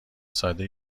ساده